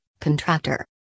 Contractor